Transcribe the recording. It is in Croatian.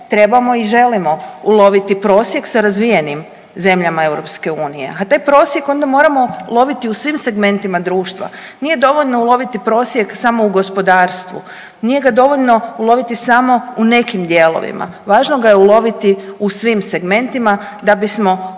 trebamo i želimo uloviti prosjek sa razvijenim zemljama EU. A taj prosjek onda moramo loviti u svim segmentima društva. Nije dovoljno uloviti prosjek samo u gospodarstvu, nije ga dovoljno uloviti samo u nekim dijelovima, važno ga je uloviti u svim segmentima da bismo konačno